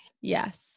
Yes